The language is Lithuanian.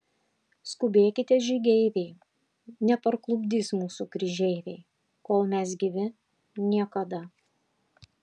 skubėkite žygeiviai neparklupdys mūsų kryžeiviai kol mes gyvi niekada